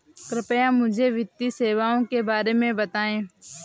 कृपया मुझे वित्तीय सेवाओं के बारे में बताएँ?